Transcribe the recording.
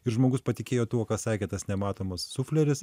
ir žmogus patikėjo tuo ką sakė tas nematomas sufleris